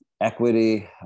equity